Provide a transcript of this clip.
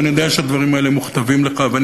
ואני יודע שהדברים האלה מוכתבים לך ואני